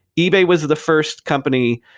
ebay was the first company.